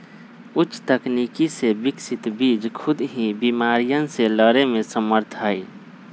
उच्च तकनीक से विकसित बीज खुद ही बिमारियन से लड़े में समर्थ हई